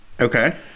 Okay